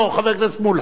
לא, חבר הכנסת מולה.